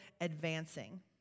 advancing